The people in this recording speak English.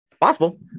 Possible